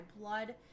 blood